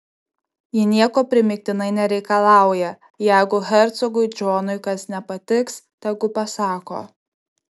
ji nieko primygtinai nereikalauja jeigu hercogui džonui kas nepatiks tegu pasako